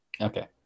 Okay